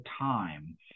time